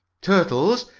turtles!